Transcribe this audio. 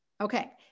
Okay